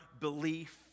belief